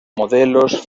modelos